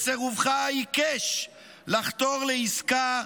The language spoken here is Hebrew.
בסירובך העיקש לחתור לעסקה,